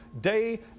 day